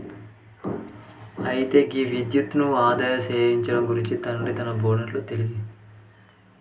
అయితే గీ విద్యుత్ను ఆదా సేయడం గురించి తండ్రి తన బోనెట్లో తీనేటీగను కలిగి ఉన్నాడు